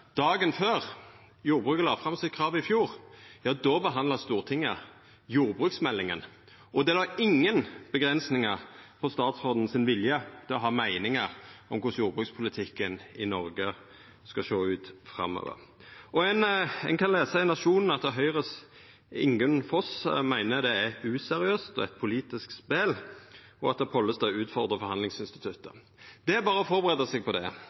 dagen før jordbruket la fram kravet sitt i fjor, behandla Stortinget jordbruksmeldinga, og det la ingen avgrensingar på statsråden sin vilje til å ha meiningar om korleis jordbrukspolitikken i Noreg skal sjå ut framover. Ein kan lesa i Nationen at Høgres Ingunn Foss meiner det er useriøst og eit politisk spel, og at Pollestad utfordrar forhandlingsinstituttet. Det er berre å førebu seg på det,